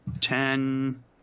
ten